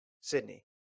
Sydney